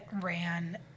ran